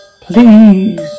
Please